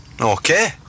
Okay